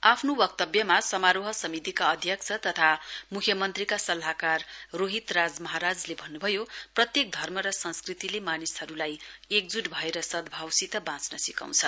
आफ्नो वक्तव्यमा समारोह समितिका अध्यक्ष तथा मुख्यमन्त्रीका सल्लाहकार रोहित राज महाराजले भन्नुभयो प्रत्येक धर्म र संस्कृतिले मानिसहरूलाई एकजूट भएर सदभावसित बाँच्न सिकाउँछ